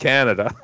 Canada